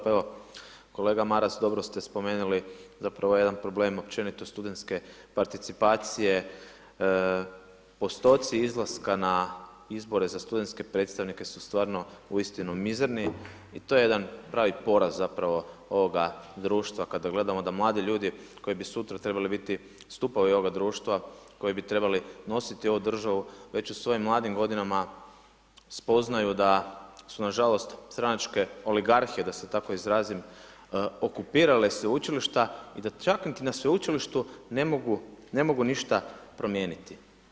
Pa evo kolega Maras dobro ste spomenuli zapravo jedan problem općenito studentske participacije, postoci izlaska na izbore za studentske predstavnike su stvarno uistinu mizerni i to je jedan pravi poraz zapravo ovoga društva kada gledamo da mladi ljudi koji bi sutra trebali biti stupovi ovoga društva, koji bi trebali nositi ovu državu već u svojim mladim godinama spoznaju da su na žalost stranačke oligarhije da se tako izrazim okupirale sveučilišta i da čak ni na sveučilištu ne mogu ništa promijeniti.